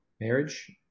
marriage